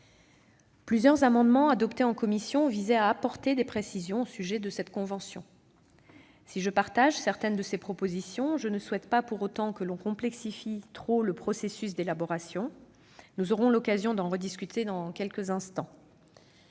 Plusieurs amendements adoptés en commission visaient à apporter des précisions au sujet de cette convention. Si je partage certaines de ces propositions, je ne souhaite pas pour autant que l'on en complexifie trop le processus d'élaboration. Nous aurons l'occasion d'en rediscuter dans quelques instants.